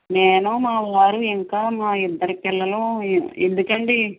నేను మా వారు ఇంకా మా ఇద్దరు పిల్లలు ఎందుకు అండి